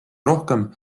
rohkem